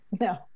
No